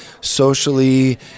socially